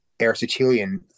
Aristotelian